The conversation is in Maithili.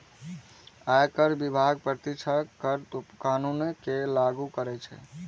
आयकर विभाग प्रत्यक्ष कर कानून कें लागू करै छै